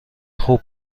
خوب